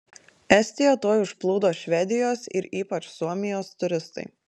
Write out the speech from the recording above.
estiją tuoj užplūdo švedijos ir ypač suomijos turistai